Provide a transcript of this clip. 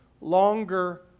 longer